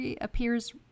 appears